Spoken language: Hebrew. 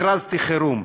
הכרזתי חירום,